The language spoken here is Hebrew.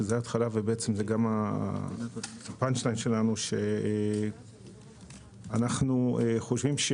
שזה ההתחלה וגם השורה התחתונה שלנו שאנחנו חושבים,